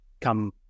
come